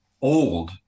old